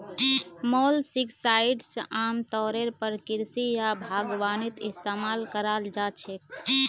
molluscicides आमतौरेर पर कृषि या बागवानीत इस्तमाल कराल जा छेक